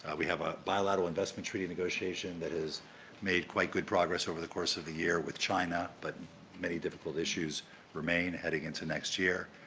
ah we have a bilateral investment treaty negotiation that has made quite good progress over the course of the year with china, but many difficult issues remain heading into next year.